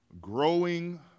growing